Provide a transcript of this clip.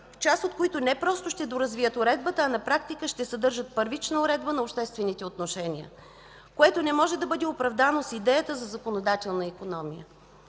част от които не просто ще доразвият уредбата, а на практика ще съдържат първична уредба на обществените отношения, което не може да бъде оправдано с идеята за законодателна икономия.